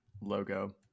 logo